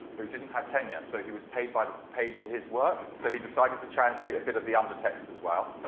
who didn't have tenure. so, he was paid by the page for his work. so, he decided to translate a bit of the um under text as well.